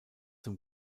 zum